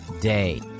day